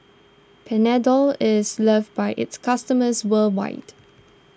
Panadol is loved by its customers worldwide